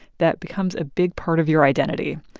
that becomes a big part of your identity.